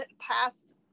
past